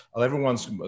everyone's